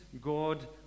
God